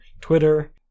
twitter